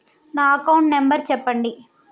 నా account number చెప్పండి?